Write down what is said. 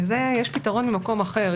לזה יש פתרון ממקום אחר.